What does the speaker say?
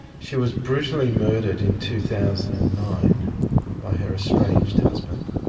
she was brutally murdered in two thousand and nine by her estranged husband,